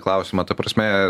klausimą ta prasme